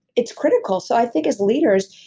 it's critical. so i think as leaders,